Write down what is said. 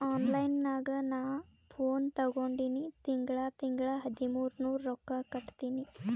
online ನಾಗ್ ನಾ phone ತಗೊಂಡಿನಿ ತಿಂಗಳಾ ತಿಂಗಳಾ ಹದಿಮೂರ್ ನೂರ್ ರೊಕ್ಕಾ ಕಟ್ಟತ್ತಿನಿ